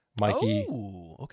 mikey